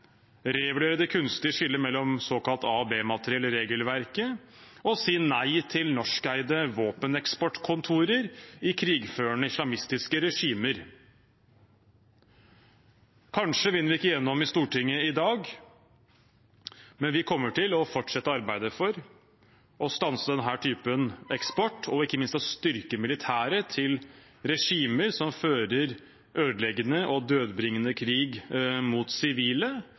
revurdere det kunstige skillet mellom såkalt A- og B-materiell i regelverket, og å si nei til norskeide våpeneksportkontorer i krigførende islamistiske regimer. Kanskje vinner vi ikke igjennom i Stortinget i dag, men vi kommer til å fortsette arbeidet for å stanse denne typen eksport, og ikke minst det som styrker militæret i regimer som fører ødeleggende og dødbringende krig mot sivile.